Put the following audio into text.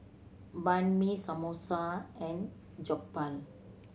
Banh Mi Samosa and Jokbal